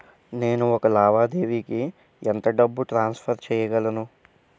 నేను ఒక లావాదేవీకి ఎంత డబ్బు ట్రాన్సఫర్ చేయగలను?